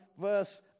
verse